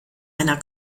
einer